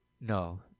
No